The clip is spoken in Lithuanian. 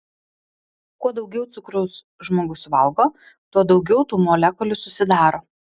kuo daugiau cukraus žmogus valgo tuo daugiau tų molekulių susidaro